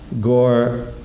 Gore